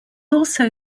also